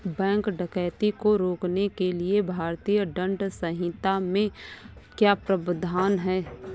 bank डकैती को रोकने के लिए भारतीय दंड संहिता में क्या प्रावधान है